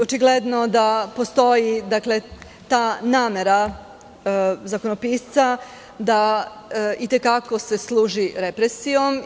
Očigledno je da postoji ta namera zakonopisca da se i te kako služi represijom.